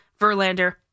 Verlander